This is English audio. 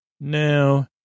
No